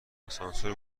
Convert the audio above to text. آسانسور